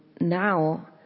now